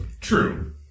True